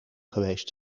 geweest